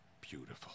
Beautiful